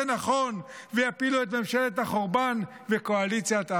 נכון ויפילו את ממשלת החורבן וקואליציית האסון?